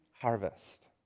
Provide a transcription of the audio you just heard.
harvest